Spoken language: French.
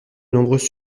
nombreuses